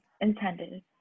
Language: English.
intended